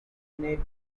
eliminate